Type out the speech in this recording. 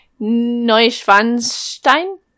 Neuschwanstein